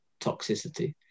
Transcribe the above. toxicity